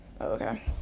okay